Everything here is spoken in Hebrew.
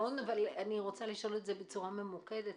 רוצה לשאול זאת בצורה ממוקדת